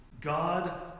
God